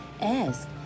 ask